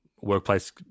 Workplace